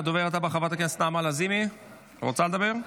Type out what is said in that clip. הדוברת הבאה, חברת הכנסת נעמה לזימי, רוצה לדבר?